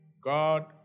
God